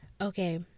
okay